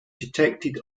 detected